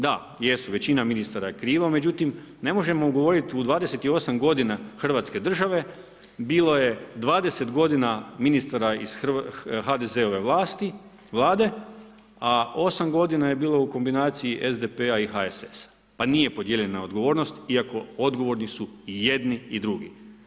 Da, jesu većina ministara je kriva, međutim ne možemo govoriti u 28 godina Hrvatske države bilo je 20 godina ministara iz HDZ-ove vlade, a 8 godina je bilo u kombinaciji SDP-a i HSS-a, pa nije podijeljena odgovornost iako odgovorni su i jedni i drugi.